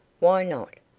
why not?